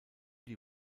die